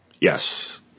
Yes